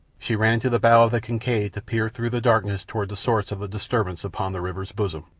she ran to the bow of the kincaid to peer through the darkness toward the source of the disturbance upon the river's bosom.